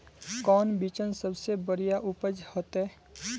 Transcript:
कौन बिचन सबसे बढ़िया उपज होते?